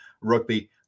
rugby